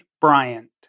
Bryant